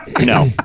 No